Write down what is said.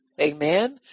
Amen